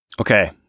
Okay